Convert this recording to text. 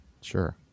Sure